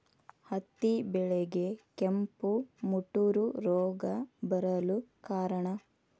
ಹತ್ತಿ ಬೆಳೆಗೆ ಕೆಂಪು ಮುಟೂರು ರೋಗ ಬರಲು ಕಾರಣ?